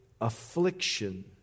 affliction